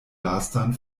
lastan